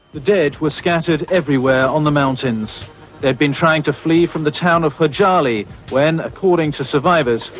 the dead were scattered everywhere on the mountains. they had been trying to flee from the town of khojaly when, according to survivors,